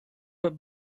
work